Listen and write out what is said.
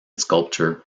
sculpture